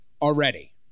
already